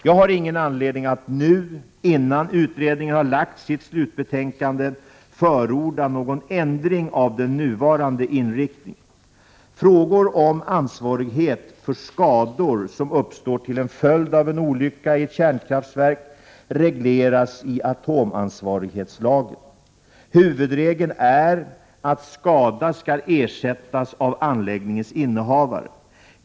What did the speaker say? Jag har ingen anledning att nu — innan utredningen har lagt fram sitt slutbetänkande — förorda någon ändring av den nuvarande inriktningen. Frågor om ansvarighet för skador som uppstår till följd av en olycka i ett kärnkraftverk regleras i atomansvarighetslagen . Huvudregeln är att skada skall ersättas av anläggningens innehavare.